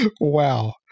Wow